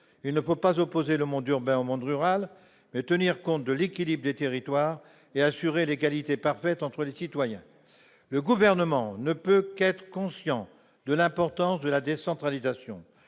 Il ne faut pas opposer le monde urbain au monde rural, mais tenir compte de l'équilibre des territoires et assurer l'égalité parfaite entre les citoyens. Le Gouvernement ne peut qu'être conscient de l'importance de la décentralisation.